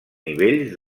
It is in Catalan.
nivells